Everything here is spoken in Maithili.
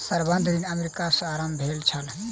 संबंद्ध ऋण अमेरिका में आरम्भ भेल छल